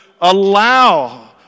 allow